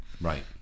Right